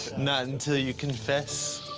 not until you confess.